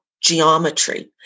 geometry